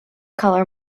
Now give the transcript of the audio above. colour